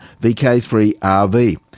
VK3RV